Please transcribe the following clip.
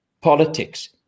politics